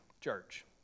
church